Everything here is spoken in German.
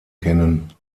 kennen